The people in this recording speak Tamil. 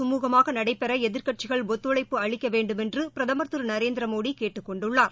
சுமூகமாக நடைபெற எதிர்கட்சிகள் ஒத்துழைப்பு அளிக்க வேண்டுமென்று பிரதமர் திரு நரேந்திரமோடி கேட்டுக்கொண்டுள்ளார்